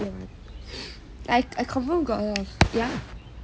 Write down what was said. and like I confirm got a lot of yeah